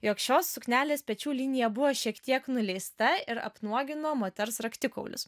jog šios suknelės pečių linija buvo šiek tiek nuleista ir apnuogino moters raktikaulius